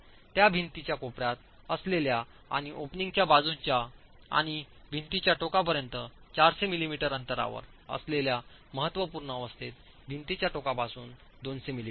त्या भिंतींच्या कोपऱ्यात असलेल्या आणि ओपनिंगच्या बाजूंच्या आणि भिंतीच्या टोकापर्यंत 400 मिलिमीटर अंतरावर असलेल्या महत्त्वपूर्ण अवस्थेत भिंतीच्या टोकापासून 200 मिलिमीटर